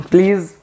Please